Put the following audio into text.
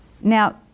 Now